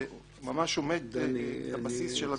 זה ממש עומד בבסיס של הדברים.